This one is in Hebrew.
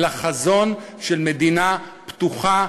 אלא חזון של מדינה פתוחה,